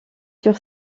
sur